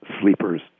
sleepers